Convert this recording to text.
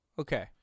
Okay